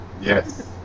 Yes